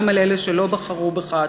גם על אלה שלא בחרו בך,